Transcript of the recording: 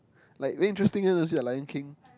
like very interesting leh to see the Lion-King